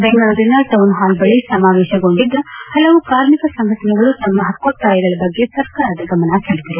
ಬೆಂಗಳೂರಿನ ಟೌನ್ಹಾಲ್ ಬಳಿ ಸಮಾವೇಶಗೊಂಡಿದ್ದ ಹಲವು ಕಾರ್ಮಿಕ ಸಂಘಟನೆಗಳು ತಮ್ಮ ಹಕ್ಕೋತ್ತಾಯಗಳ ಬಗ್ಗೆ ಸರ್ಕಾರದ ಗಮನ ಸೆಳೆದರು